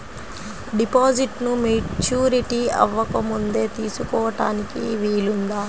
డిపాజిట్ను మెచ్యూరిటీ అవ్వకముందే తీసుకోటానికి వీలుందా?